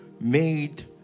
made